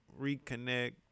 reconnect